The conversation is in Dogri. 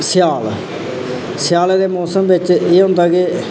स्याल स्याला दे मौसम बिच एह् होंदा के